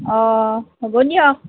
অঁ হ'ব দিয়ক